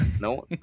No